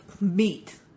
meat